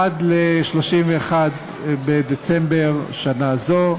עד ל-31 בדצמבר שנה זו.